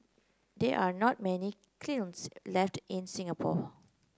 there are not many kilns left in Singapore